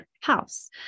house